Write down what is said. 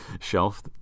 shelf